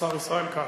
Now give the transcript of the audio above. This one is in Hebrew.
השר ישראל כץ.